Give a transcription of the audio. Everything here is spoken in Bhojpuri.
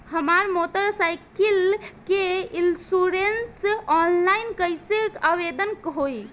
हमार मोटर साइकिल के इन्शुरन्सऑनलाइन कईसे आवेदन होई?